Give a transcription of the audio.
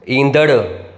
ईंदड़ु